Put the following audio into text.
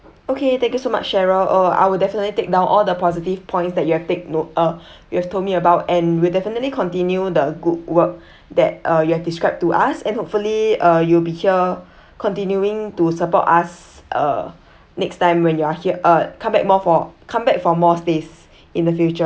okay thank you so much cheryl uh I will definitely take down all the positive points that you have take note uh you have told me about and we'll definitely continue the good work that uh you have described to us and hopefully uh you'll be here continuing to support us uh next time when you are here uh come back more for come back for more stays in the future